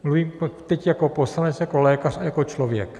Mluvím teď jako poslanec, jako lékař a jako člověk.